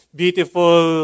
beautiful